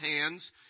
hands